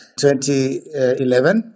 2011